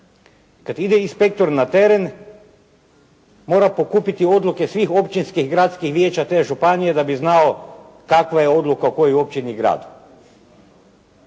Kad ide inspektor na teren mora pokupiti odluke svih općinskih, gradskih vijeća te županije da bi znao kakva je odluka u kojoj općini i gradu.